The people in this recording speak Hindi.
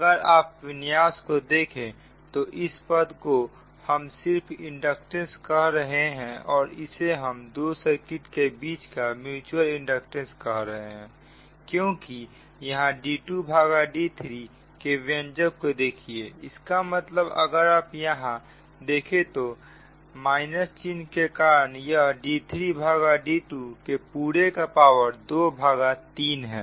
अगर आप विन्यास को देखें तो इस पद को हम सिर्फ इंडक्टेंस कह रहे हैं और इसे हम दो सर्किट के बीच का म्यूच्यूअल इंडक्टेंस कह रहे है क्योंकि यहां d2d3 के व्यंजक को देखिए इसका मतलब अगर आप यहां देखें तो चिन्ह के कारण यह d3d2 के पूरे का पावर ⅔ है